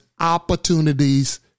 opportunities